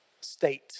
state